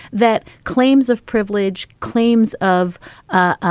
that claims of privilege, claims of ah